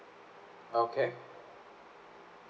okay